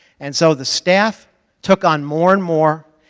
and so the staff took on more and more,